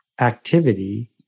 activity